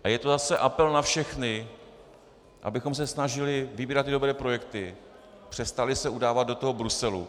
A je to zase apel na všechny, abychom se snažili vybírat dobré projekty, přestali se udávat do Bruselu.